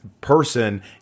person